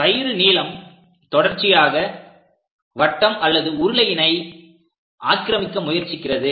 கயிறு நீளம் தொடர்ச்சியாக வட்டம் அல்லது உருளையினை ஆக்கிரமிக்க முயற்சிக்கிறது